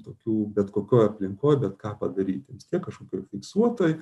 tokių bet kokioj aplinkoj bet ką padaryti vis tiek kažkokioj fiksuotoj